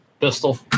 pistol